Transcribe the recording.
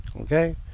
Okay